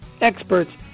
experts